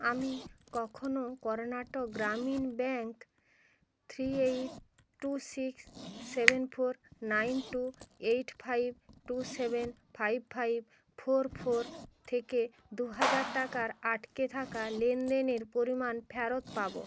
আমি কখনো কর্ণাটক গ্রামীণ bank three eight two six seven four nine two eight five two seven five five four four থেকে দু হাজার টাকার আটকে থাকা লেনদেনের পরিমাণ ফেরত পাবো